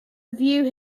view